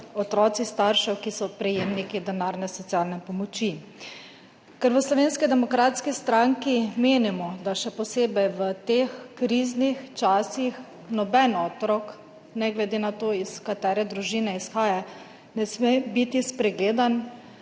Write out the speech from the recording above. otroki staršev, ki so prejemniki denarne socialne pomoči. Ker v Slovenski demokratski stranki menimo, da še posebej v teh kriznih časih noben otrok, ne glede na to, iz katere družine izhaja, ne sme biti spregledan,